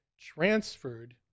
transferred